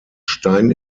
stein